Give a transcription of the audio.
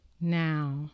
now